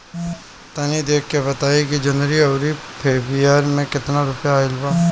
तनी देख के बताई कि जौनरी आउर फेबुयारी में कातना रुपिया आएल बा?